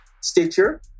Stitcher